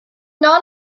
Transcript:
not